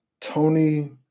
Tony